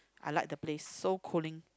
I like the place so cooling